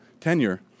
tenure